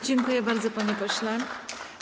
Dziękuję bardzo, panie pośle.